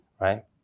right